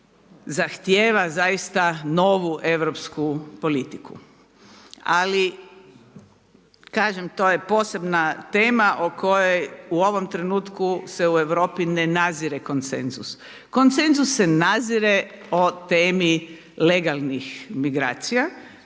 zahtjeva zaista novu europsku politiku, ali kažem to je posebna tema o kojoj u ovom trenutku se u Europi ne nazire konsenzus. Konsenzus se nazire o temi legalnih migracija